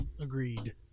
agreed